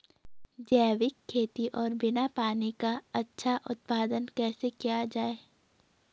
जैविक खेती और बिना पानी का अच्छा उत्पादन कैसे किया जाए?